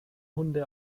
hunde